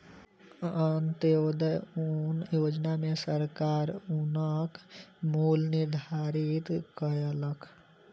अन्त्योदय अन्न योजना में सरकार अन्नक मूल्य निर्धारित कयलक